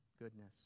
goodness